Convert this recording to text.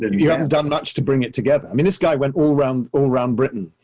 you haven't done much to bring it together, i mean, this guy went all around all around britain,